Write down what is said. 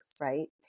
right